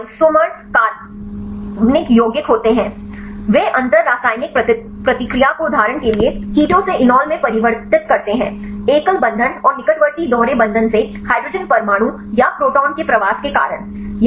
ये आइसोमर्स कार्बनिक यौगिक होते हैं वे अंतर रासायनिक प्रतिक्रिया को उदाहरण के लिए केटो से एनोल में परिवर्तित करते हैं एकल बंधन और निकटवर्ती दोहरे बंधन से हाइड्रोजन परमाणु या प्रोटॉन के प्रवास के कारण